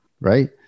Right